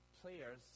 players